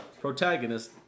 Protagonist